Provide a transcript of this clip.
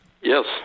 Yes